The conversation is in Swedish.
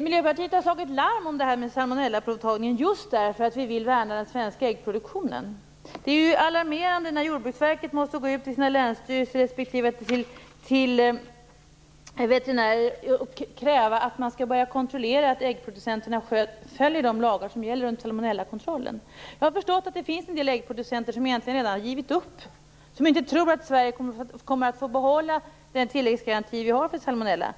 Miljöpartiet har slagit larm om detta med salmonellaprovtagning just därför att vi vill värna den svenska äggproduktionen. Det är alarmerande när Jordbruksverket går ut till länsstyrelserna och veterinärer och kräver att de skall kontrollera att äggproducenterna följer de lagar som gäller för salmonellakontroll. Jag har förstått att det finns en del äggproducenter som har givit upp och som inte tror att Sverige kommer att få behålla den tilläggsgaranti som man har för salmonella.